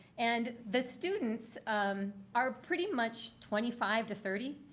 and the students um are pretty much twenty five to thirty.